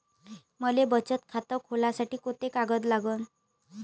मले बचत खातं खोलासाठी कोंते कागद लागन?